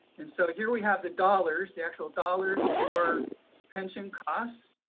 and so here we have the dollars, the actual dollars for pension costs.